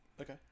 Okay